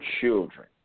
children